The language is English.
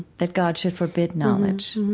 that god should forbid knowledge